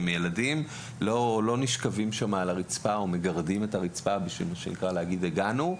הם לא נשכבים על הרצפה או מגרדים את הרצפה כדי להגיד "הגענו".